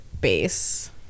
base